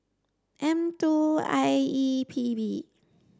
M two I E P B